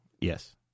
Yes